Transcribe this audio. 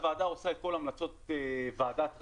הוועדה עושה את כל המלצות ועדת רייך,